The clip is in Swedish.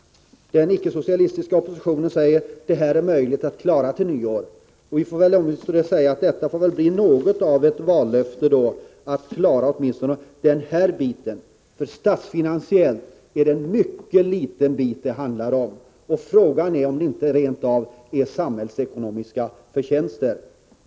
Den icke-socialistiska oppositionen säger att det är möjligt att klara till nyår. Vi får väl säga att det får bli något av ett vallöfte, att klara åtminstone den här frågan. Statsfinansiellt är det en liten bit det handlar om. Frågan är om det inte rent av blir samhällsekonomiska förtjänster.